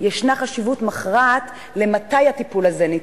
ישנה חשיבות מכרעת למועד הטיפול הזה.